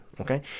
okay